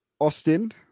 Austin